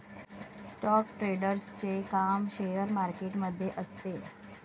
stock ट्रेडरचे काम share market मध्ये असते